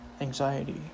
anxiety